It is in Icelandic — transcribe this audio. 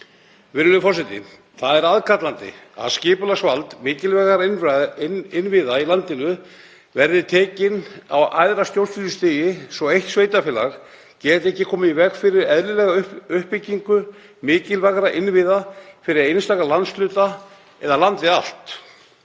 Virðulegur forseti. Það er aðkallandi að skipulagsvald mikilvægra innviða í landinu sé á æðra stjórnsýslustigi svo eitt sveitarfélag geti ekki komið í veg fyrir eðlilega uppbyggingu mikilvægra innviða fyrir einstaka landshluta eða landið allt.